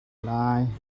lai